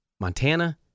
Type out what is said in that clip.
Montana